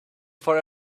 for